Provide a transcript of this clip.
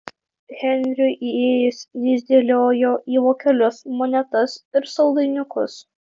henriui įėjus jis dėliojo į vokelius monetas ir saldainiukus